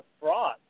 fraud